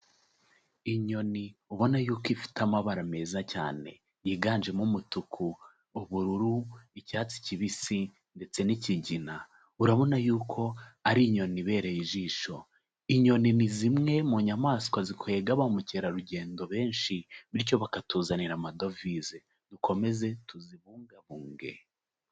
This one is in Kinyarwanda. Inyoni ubona yuko ifite amabara meza cyane yiganjemo umutuku, ubururu, icyatsi kibisi ndetse n'ikigina. Urabona yuko ari inyoni ibereye ijisho. Inyoni ni zimwe mu nyamanswa zikwega ba mukerarugendo benshi bityo bakatuzanira amadovize. Dukomeze tuzibungabunge.